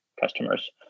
customers